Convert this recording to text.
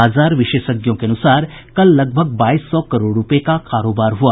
बाजार विशेषज्ञों के अनुसार कल लगभग बाईस सौ करोड़ रूपये का कारोबार हुआ